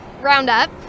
Roundup